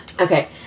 Okay